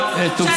נדון.